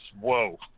whoa